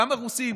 גם הרוסים,